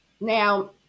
Now